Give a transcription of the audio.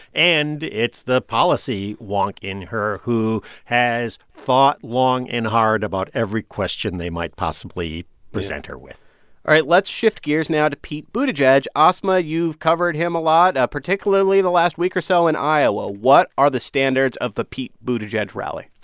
and it's the policy wonk in her who has thought long and hard about every question they might possibly present her with all right. let's shift gears now to pete buttigieg. asma, you've covered him a lot, ah particularly the last week or so in iowa. what are the standards of the pete buttigieg rally?